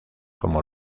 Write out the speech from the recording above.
como